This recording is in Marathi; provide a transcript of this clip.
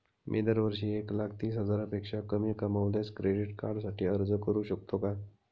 मी दरवर्षी एक लाख तीस हजारापेक्षा कमी कमावल्यास क्रेडिट कार्डसाठी अर्ज करू शकतो का?